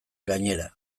gainera